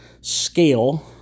scale